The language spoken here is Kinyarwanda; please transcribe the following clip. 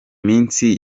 minsi